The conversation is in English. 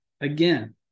again